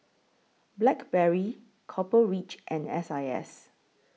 Blackberry Copper Ridge and S I S